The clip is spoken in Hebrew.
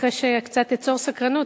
אחרי שקצת אצור סקרנות,